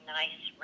nice